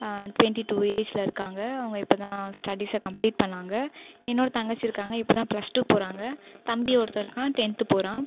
twenty two ஏஜ்ஜில் இருக்காங்க அவங்க இப்போதான் ஸ்டடீஸை கம்ப்ளீட் பண்ணாங்க இன்னொரு தங்கச்சி இருக்காங்க இப்போ தான் ப்ளஸ் டூ போகிறாங்க தம்பி ஒருத்தவன் இருக்கான் டென்த்து போகிறான்